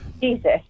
Jesus